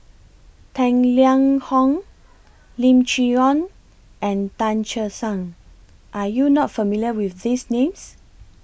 Tang Liang Hong Lim Chee Onn and Tan Che Sang Are YOU not familiar with These Names